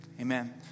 amen